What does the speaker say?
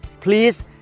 Please